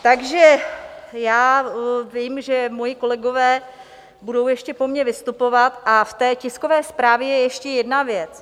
Takže já vím, že moji kolegové budou ještě po mně vystupovat, a v té tiskové zprávě je ještě jedna věc.